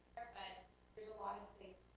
but there's a lot of space